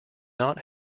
not